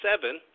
seven